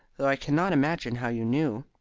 though i cannot imagine how you knew.